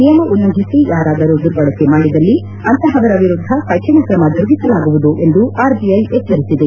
ನಿಯಮ ಉಲ್ಲಂಘಿಸಿ ಯಾರಾದರೂ ದುರ್ಬಳಕೆ ಮಾಡಿದಲ್ಲಿ ಅಂಥವರ ವಿರುದ್ದ ಕಠಿಣ ಕ್ರಮ ಜರುಗಿಸಲಾಗುವುದು ಎಂದು ಆರ್ಬಿಐ ಎಚ್ಚರಿಸಿದೆ